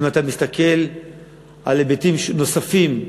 ואם אתה מסתכל על היבטים נוספים,